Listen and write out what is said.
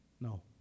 No